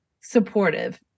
supportive